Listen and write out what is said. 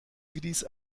gris